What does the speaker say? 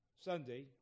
Sunday